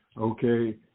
okay